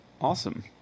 Awesome